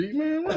man